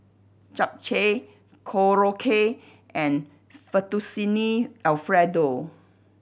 Japchae Korokke and Fettuccine Alfredo